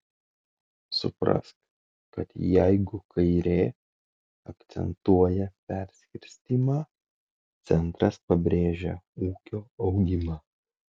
suprask kad jeigu kairė akcentuoja perskirstymą centras pabrėžia ūkio augimą